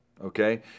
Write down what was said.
okay